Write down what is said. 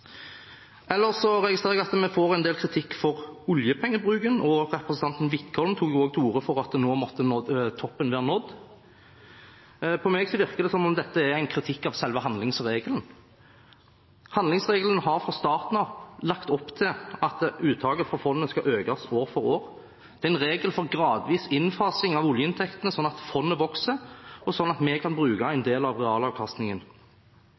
registrerer jeg at vi får en del kritikk for oljepengebruken. Representanten Wickholm tok til orde for at nå måtte toppen være nådd. På meg virker det som om dette er en kritikk av selve handlingsregelen. Handlingsregelen har fra starten av lagt opp til at uttaket fra fondet skal økes år for år. Det er en regel for gradvis innfasing av oljeinntektene, sånn at fondet vokser, og sånn at vi kan bruke en